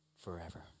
forever